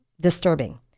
disturbing